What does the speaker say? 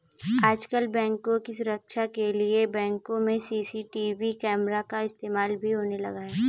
आजकल बैंकों की सुरक्षा के लिए बैंकों में सी.सी.टी.वी कैमरा का इस्तेमाल भी होने लगा है